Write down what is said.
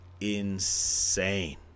insane